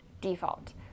default